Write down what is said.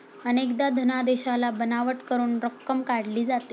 अनेकदा धनादेशाला बनावट करून रक्कम काढली जाते